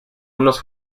unos